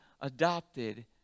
adopted